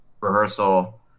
rehearsal